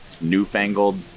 newfangled